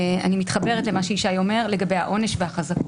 מתחברת למה שאמר ישי לגבי העונש והחזקה.